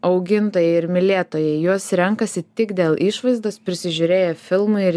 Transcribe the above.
augintojai ir mylėtojai juos renkasi tik dėl išvaizdos prisižiūrėję filmų ir